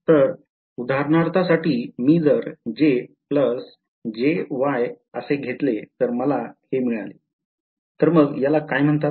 तर उदाहरणासाठी मी जर असे घेतले तर मला हे मिळाले तर मग याला काय म्हणतात